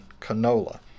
canola